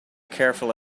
careful